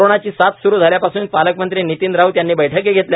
कोरोनाची साथ सुरू झाल्यापासून पालकमंत्री नितीन राऊत यांनी बैठकी घेतल्या